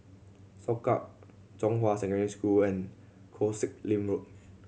Soka Zhonghua Secondary School and Koh Sek Lim Road